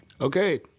Okay